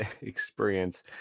experience